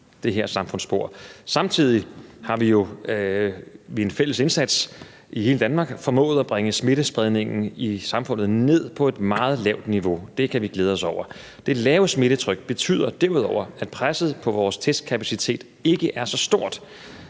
Samtidig har vi jo ved en fælles indsats i hele Danmark formået at bringe smittespredningen i samfundet ned på et meget lavt niveau – det kan vi glæde os over. Det lave smittetryk betyder derudover, at presset på vores testkapacitet ikke er så stort.